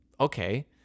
Okay